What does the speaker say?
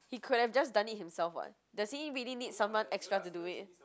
he could have just done it himself [what] does he really need someone extra to do it